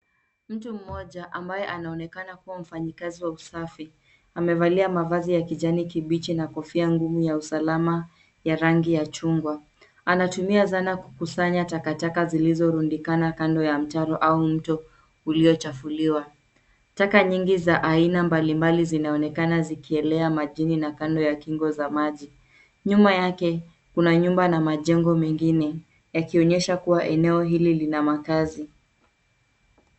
Mtu mmoja ambaye anaonekana kuwa mfanyikazi wa usafi. Amevalia mavazi ya kijani kibichi na kofia ngumu ya usalama ya rangi ya chungwa. Anatumia zana kukusanya takataka zilizorundikana kando ya mtaro au mtu uliochafuliwa. Taka nyingi za aina mbalimbali zinaonekana zikielea majini na kando ya kingo za maji. Nyuma yake kuna nyumba na majengo mengine yakionyesha kuwa eneo hili lina makazi.